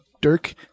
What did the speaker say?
Dirk